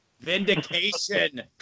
Vindication